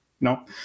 No